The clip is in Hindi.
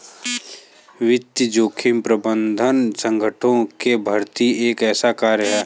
वित्तीय जोखिम प्रबंधन संगठनों के भीतर एक ऐसा कार्य है